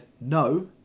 no